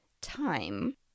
time